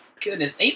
goodness